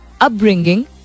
Upbringing